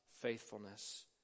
faithfulness